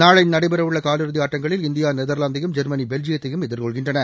நாளை நடைபெறவுள்ள காலிறுதி ஆட்டங்களில் இந்தியா நெதர்லாந்தையும் ஜெர்மனி பெல்ஜியத்தையும் எதிர்கொள்கின்றன